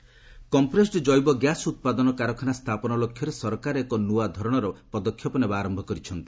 ସତତ ପ୍ରଧାନ କମ୍ପ୍ରେସ୍ଡ୍ କ୍ଜେବ ଗ୍ୟାସ୍ ଉତ୍ପାଦନ କାରଖାନା ସ୍ଥାପନ ଲକ୍ଷ୍ୟରେ ସରକାର ଏକ ନ୍ତଆ ଧରଣର ପଦକ୍ଷେପ ନେବା ଆରମ୍ଭ କରିଛନ୍ତି